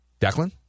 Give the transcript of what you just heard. Declan